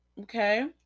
Okay